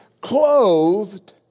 clothed